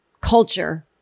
culture